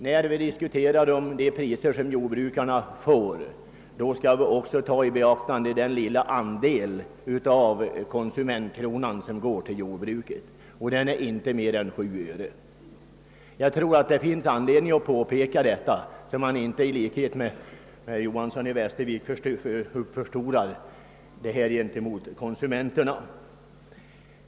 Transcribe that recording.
När vi diskuterar de priser som jordbrukarna får bör vi emellertid beakta vilken liten del av konsumentkronan som går till jordbrukarnas arbetsandel — inte mer än 7 öre. Jag tror det finns anledning att påpeka detta, så att man inte i likhet med herr Johanson i Västervik inför konsumenterna uppförstorar betydelsen av detta.